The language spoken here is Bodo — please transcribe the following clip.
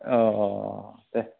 औ दे